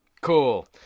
Cool